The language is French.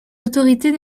autorités